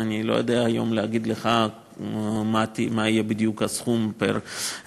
אני לא יודע היום להגיד לך מה יהיה בדיוק הסכום פר-עסק,